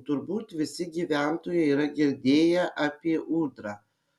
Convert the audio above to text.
turbūt visi gyventojai yra girdėję apie ūdrą